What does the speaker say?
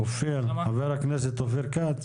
חבר הכנסת אופיר כץ.